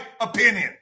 opinion